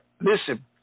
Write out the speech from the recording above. Listen